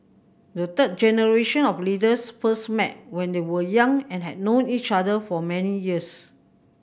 the third generation of leaders first met when they were young and had known each other for many years